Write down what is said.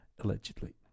Allegedly